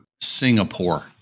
Singapore